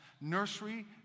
nursery